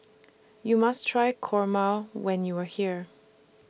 YOU must Try Kurma when YOU Are here